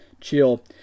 chill